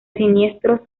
siniestro